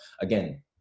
again